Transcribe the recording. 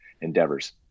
endeavors